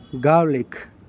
garlic